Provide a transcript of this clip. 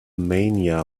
mania